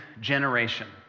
generation